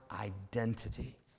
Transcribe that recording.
identity